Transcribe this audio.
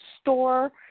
store